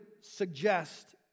suggest